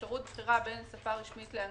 אפשרות בחירה בין שפה רשמית לאנגלית,